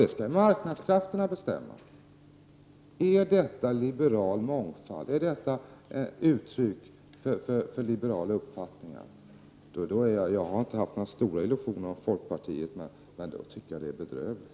Detta skall alltså marknadskrafterna bestämma. Är det fråga om liberal mångfald? Är detta uttryck för liberala uppfattningar? Jag har inte haft några stora illusioner om folkpartiet, men nu tycker jag att det är bedrövligt.